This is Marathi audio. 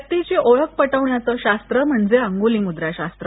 व्यक्तिची ओळख पटवण्याच शास्त्र म्हणजे अंगुली मुद्रा शास्त्र